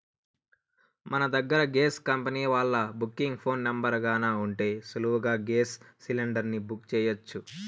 మన దగ్గర gas company వాల్ల బుకింగ్ ఫోను నెంబరు గాన ఉంటే సులువుగా గేస్ సిలిండర్ని బుక్ సెయ్యొచ్చు